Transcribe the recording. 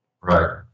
Right